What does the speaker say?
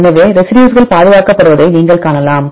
எனவே ரெசிடியூஸ்கள் பாதுகாக்கப்படுவதை நீங்கள் காணலாம்